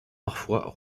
parfois